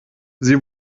sie